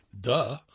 Duh